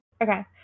Okay